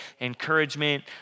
encouragement